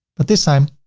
but this time,